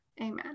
amen